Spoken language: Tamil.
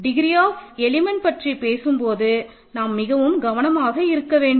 டிகிரி ஆப் எலிமெண்ட் பற்றிப் பேசும்போது நாம் மிகவும் கவனமாக இருக்க வேண்டும்